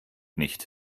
nicht